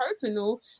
personal